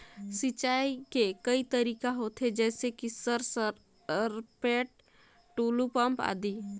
सिंचाई के कई तरीका होथे? जैसे कि सर सरपैट, टुलु पंप, आदि?